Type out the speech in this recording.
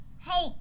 Hey